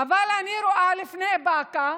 אבל אני רואה שכבר לפני באקה